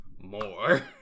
more